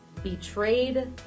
Betrayed